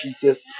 Jesus